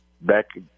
back